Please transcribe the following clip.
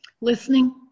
Listening